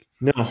No